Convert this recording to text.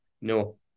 No